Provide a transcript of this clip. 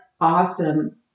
awesome